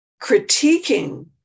critiquing